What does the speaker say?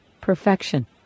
perfection